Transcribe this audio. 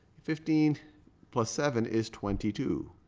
fifteen plus seven is twenty two.